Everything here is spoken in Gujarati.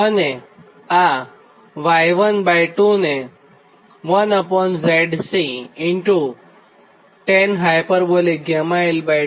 આ Y12 ને 1ZC tan hγl 2 થાય